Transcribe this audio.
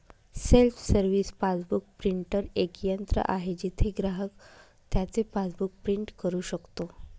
self service passbook printer एक यंत्र आहे जिथे ग्राहक त्याचे पासबुक प्रिंट करू शकतो